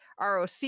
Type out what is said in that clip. ROC